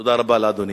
תודה רבה לאדוני.